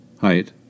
Height